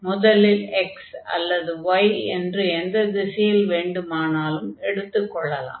முதலில் x அல்லது y என்று எந்த திசையில் வேண்டுமானாலும் எடுத்துக் கொள்ளலாம்